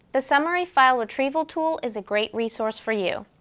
the summary file retrieval tool is a great resource for you.